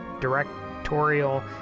directorial